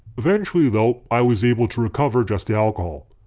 eventually though i was able to recover just the alcohol.